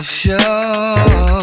show